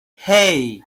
hey